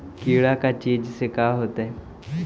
कीड़ा का चीज से होता है?